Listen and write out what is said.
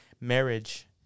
marriage